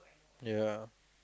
ya